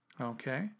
Okay